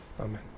Amen